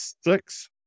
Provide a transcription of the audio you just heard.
six